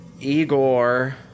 Igor